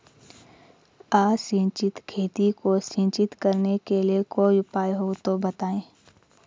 असिंचित खेती को सिंचित करने के लिए कोई उपाय हो तो बताएं?